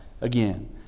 again